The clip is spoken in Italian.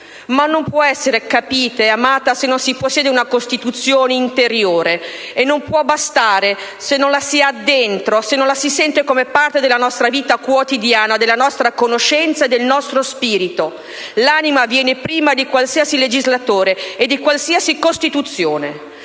non può essere capita e amata se non si possiede una Costituzione interiore e non può bastare se non la si ha dentro, se non la si sente come parte della nostra vita quotidiana, della nostra coscienza e del nostro spirito. L'anima viene prima di qualsiasi legislatore e di qualsiasi Costituzione.